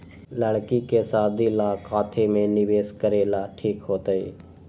लड़की के शादी ला काथी में निवेस करेला ठीक होतई?